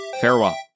farewell